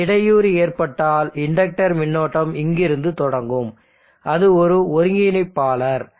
இந்த இடையூறு ஏற்பட்டால் இண்டக்டர் மின்னோட்டம் இங்கிருந்து தொடங்கும் அது ஒரு ஒருங்கிணைப்பாளர்